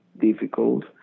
difficult